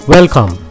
Welcome